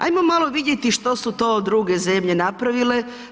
Ajmo malo vidjeti što su to druge zemlje napravile.